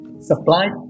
supply